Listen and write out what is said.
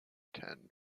ten